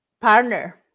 partner